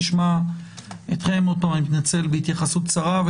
נשמע אתכם בהתייחסות קצרה עוד פעם אני מתנצל,